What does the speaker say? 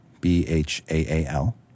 B-H-A-A-L